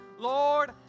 Lord